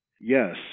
Yes